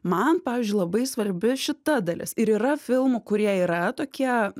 man pavyzdžiui labai svarbi šita dalis ir yra filmų kurie yra tokie